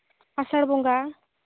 ᱟᱥᱟᱲ ᱵᱚᱸᱜᱟ